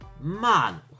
Man